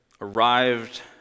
arrived